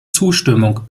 zustimmung